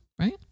right